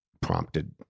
prompted